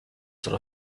sort